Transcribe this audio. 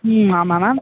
ம் ஆமாம் மேம்